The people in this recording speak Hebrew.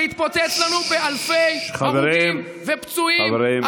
זה התפוצץ לנו באלפי הרוגים ופצועים,